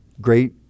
great